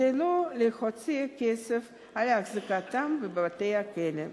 כדי לא להוציא כסף על החזקתם בבתי-הכלא?